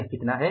यह कितना है